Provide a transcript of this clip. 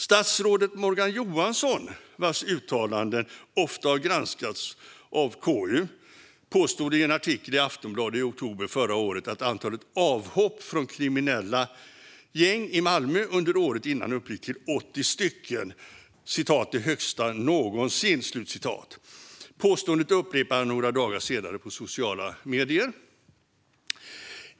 Statsrådet Morgan Johansson, vars uttalanden ofta har granskats av KU, påstod i en artikel i Aftonbladet i oktober förra året att antalet avhopp från kriminella gäng i Malmö under året innan uppgick till 80 - "det högsta någonsin". Påståendet upprepade han några dagar senare på sociala medier.